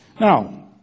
Now